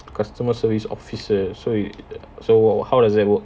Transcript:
customer service officer so it so wha~ what how does that work